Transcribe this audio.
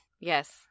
Yes